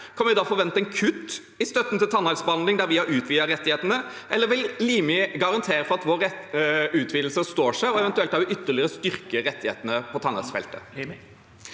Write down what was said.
kan vi da forvente et kutt i støtten til tannhelsebehandling, der vi har utvidet rettighetene, eller vil Limi garantere for at vår utvidelse står seg, og eventuelt ytterligere styrke rettighetene på tannhelsefeltet?